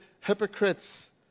Hypocrites